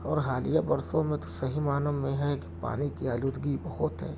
اور حالیہ برسوں میں تو صحیح معنوں میں ہے کہ پانی کی آلودگی بہت ہے